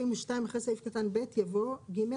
אחרי סעיף קטן ב' יבוא ג.